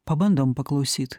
pabandom paklausyt